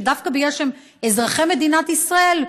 דווקא בגלל שהם אזרחי מדינת ישראל,